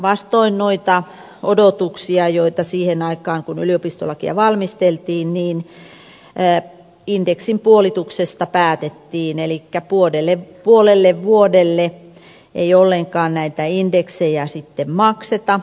vastoin noita odotuksia joita oli siihen aikaan kun yliopistolakia valmisteltiin indeksin puolituksesta päätettiin elikkä puolelle vuodelle ei ollenkaan näitä indeksejä sitten makseta